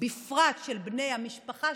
ובפרט של בני המשפחה,